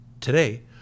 Today